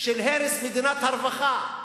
הרס מדינת הרווחה.